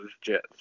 Jets